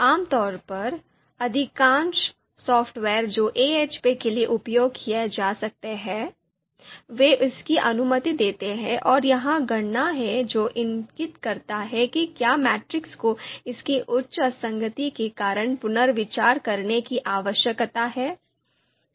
आमतौर पर अधिकांश सॉफ़्टवेयर जो AHP के लिए उपयोग किए जा सकते हैं वे इसकी अनुमति देते हैं और यह गणना है जो इंगित करता है कि क्या मैट्रिक्स को इसकी उच्च असंगति के कारण पुनर्विचार करने की आवश्यकता है